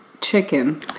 chicken